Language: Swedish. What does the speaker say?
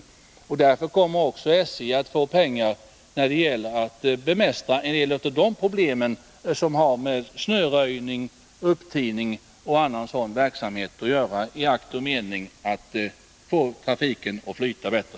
Därför kommer SJ att få pengar för att bemästra en del av problemen — de problem som har med snöröjning, upptining och annat sådant att göra — i akt och mening att få trafiken att flyta bättre.